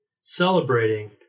Celebrating